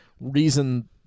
reason